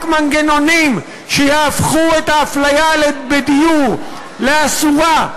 רק מנגנונים שיהפכו את האפליה בדיור לאסורה,